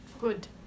Good